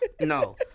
no